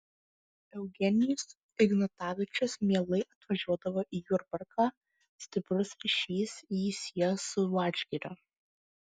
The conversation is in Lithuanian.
eugenijus ignatavičius mielai atvažiuodavo į jurbarką stiprus ryšys jį siejo su vadžgiriu